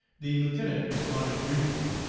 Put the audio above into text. the lieutenant responded briefly,